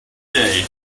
day